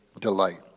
delight